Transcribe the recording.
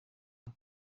ngo